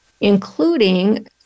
including